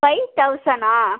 five தௌசண்ட்னா